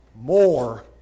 more